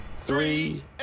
three